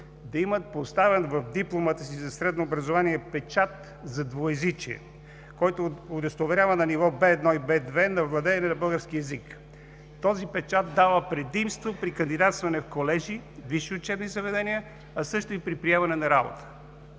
да имат поставен в дипломата за средно образование печат за двуезичие, който удостоверява на ниво B1 и B2 владеене на български език. Този печат дава предимства при кандидатстване в колежи, висши учебни заведения, а също и при приемане на работа.